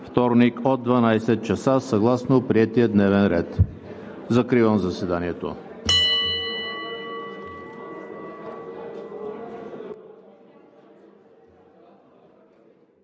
вторник, от 12,00 ч. съгласно приетия дневен ред. Закривам заседанието.